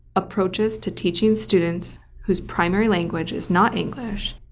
approaches to teaching students whose primary language is not english,